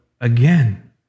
again